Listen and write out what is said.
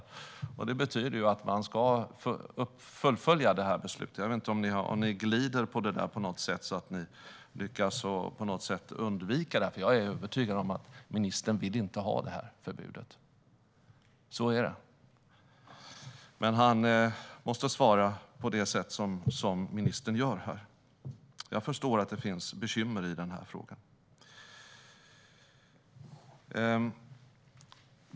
Det betyder att man ska fullfölja detta beslut. Jag vet inte om ni glider på det på något sätt så att ni lyckas undvika det. Jag är övertygad om att ministern inte vill ha detta förbud - så är det. Men ministern måste svara på det sätt som ministern gör här. Jag förstår att det finns bekymmer i den frågan.